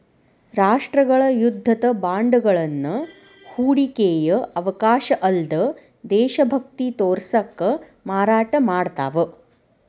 ರಾಷ್ಟ್ರಗಳ ಯುದ್ಧದ ಬಾಂಡ್ಗಳನ್ನ ಹೂಡಿಕೆಯ ಅವಕಾಶ ಅಲ್ಲ್ದ ದೇಶಭಕ್ತಿ ತೋರ್ಸಕ ಮಾರಾಟ ಮಾಡ್ತಾವ